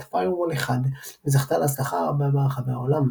FireWall-1 וזכתה להצלחה רבה ברחבי העולם.